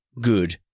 good